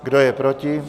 Kdo je proti?